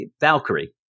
Valkyrie